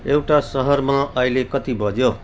एउटा सहरमा अहिले कति बज्यो